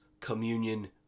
communion